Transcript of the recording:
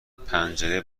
بود، پنجره